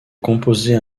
composer